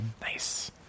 nice